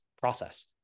process